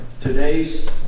today's